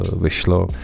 vyšlo